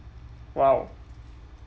!wow!